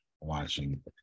watching